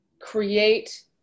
create